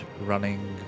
running